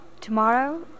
Tomorrow